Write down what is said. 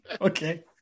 Okay